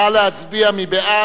נא להצביע.